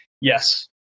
Yes